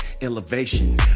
elevation